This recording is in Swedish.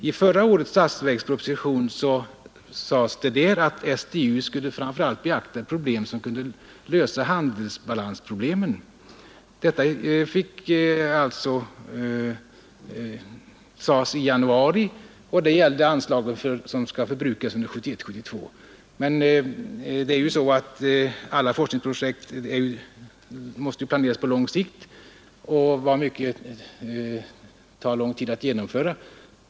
I förra årets statsverksproposition sades att STU framför allt skulle beakta sådant som kunde lösa handelsbalansproblemen. Detta sades alltså i januari och gällde anslagen som skall förbrukas under 1971/72. Det är emellertid så att alla forskningsprojekt måste planeras på lång sikt och tar lång tid att genomföra.